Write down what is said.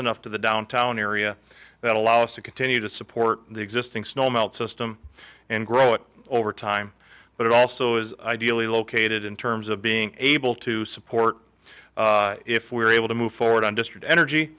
enough to the downtown area that allows us to continue to support the existing snow melt system and grow it over time but it also is ideally located in terms of being able to support if we're able to move forward on destroyed energy